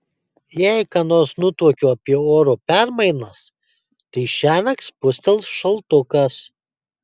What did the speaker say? jei ką nors nutuokiu apie oro permainas tai šiąnakt spustels šaltukas